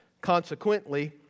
Consequently